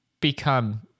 become